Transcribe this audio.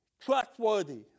trustworthy